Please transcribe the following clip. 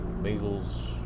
measles